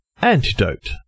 Antidote